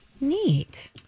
Neat